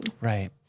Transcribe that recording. Right